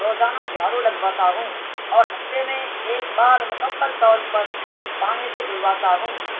روزانہ جھاڑو لگواتا ہوں اور ہفتے میں ایک بار مکمل طور پر پانی سے دھلواتا ہوں